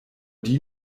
die